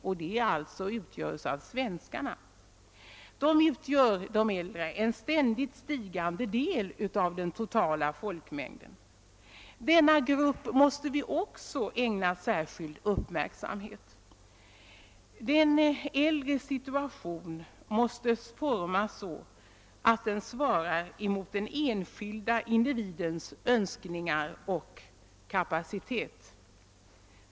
De utgörs alltså av svenskar. De äldre är en ständigt stigande del av den totala folkmängden, och den gruppen måste vi också ägna särskild uppmärksamhet. Den äldres situation måste formas så, att den svarar mot den enskilda individens önskningar och kapacitet.